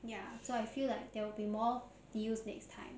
ya so I feel like there will be more deals next time